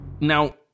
Now